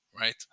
right